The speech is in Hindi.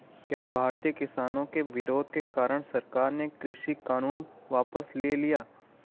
क्या भारतीय किसानों के विरोध के कारण सरकार ने कृषि कानून वापस ले लिया?